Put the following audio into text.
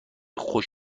خوش